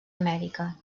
amèrica